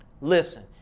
Listen